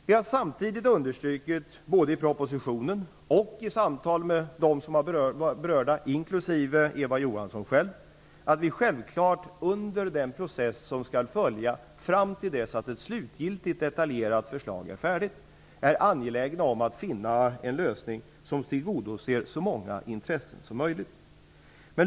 Vi har samtidigt både i propositionen och i samtal med berörda, inklusive Eva Johansson själv, understrukit att vi självfallet under den process som skall följa fram till dess att ett slutgiltigt detaljerat förslag är färdigt, är angelägna om att finna en lösning som tillgodoser så många intressen som möjligt.